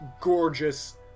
gorgeous